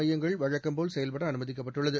மையங்கள் வழக்கம்போல் செயல்பட அனுமதிக்கப்பட்டுள்ளது